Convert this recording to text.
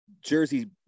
jersey